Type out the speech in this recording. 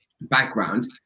background